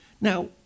Now